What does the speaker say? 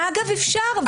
אגב, אפשר.